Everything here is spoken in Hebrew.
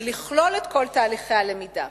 ולכלול את כל תהליכי הלמידה,